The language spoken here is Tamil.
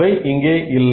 அவை இங்கே இல்லை